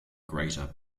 greater